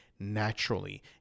naturally